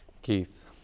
Keith